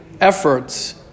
efforts